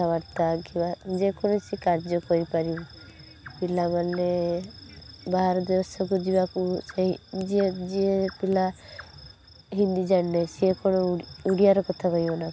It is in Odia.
କଥାବାର୍ତ୍ତା କିମ୍ୱା ଯେକୌଣସି କାର୍ଯ୍ୟ କରିପାରିବୁ ପିଲାମାନେ ବାହାର ଦେଶକୁ ଯିବାକୁ ସେଇ ଯିଏ ଯିଏ ପିଲା ହିନ୍ଦୀ ଜାଣିନି ସେ କ'ଣ ଓଡ଼ିଆରେ କଥା କହିବ ନା